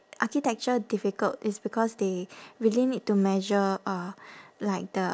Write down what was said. architecture difficult it's because they really need to measure uh like the